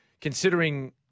considering